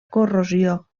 corrosió